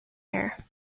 air